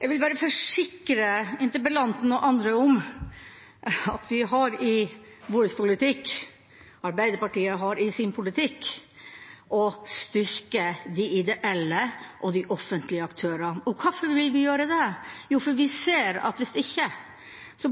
Jeg vil bare forsikre interpellanten og andre om at vi har i vår politikk – Arbeiderpartiet har i sin politikk – å styrke de ideelle og de offentlige aktørene. Og hvorfor vil vi gjøre det? Jo, fordi vi ser at hvis ikke